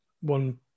one